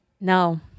No